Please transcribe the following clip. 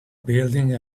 building